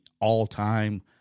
all-time